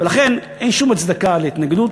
ולכן, אין שום הצדקה להתנגדות,